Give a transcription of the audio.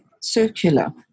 circular